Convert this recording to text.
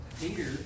Peter